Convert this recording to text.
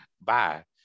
bye